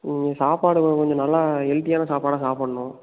ம் ம் சாப்பாடு கொஞ்சம் நல்லா ஹெல்தியான சாப்பாடாக சாப்பிட்ணும்